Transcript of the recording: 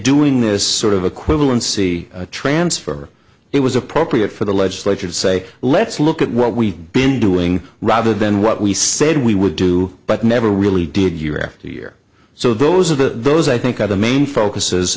doing this sort of equivalency transfer it was appropriate for the legislature to say let's look at what we've been doing rather than what we said we would do but never really did year after year so those are the those i think are the main focuses